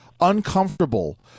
uncomfortable